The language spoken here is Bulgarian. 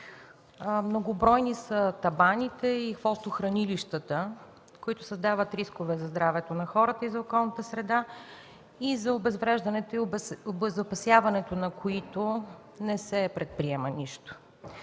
Многобройни са табаните и хвостохранилищата, които създават рискове за здравето на хората и за околната среда, за обезвреждането и обезопасяването на които не се предприема нищо.